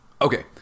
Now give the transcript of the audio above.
Okay